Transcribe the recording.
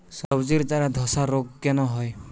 সবজির চারা ধ্বসা রোগ কেন হয়?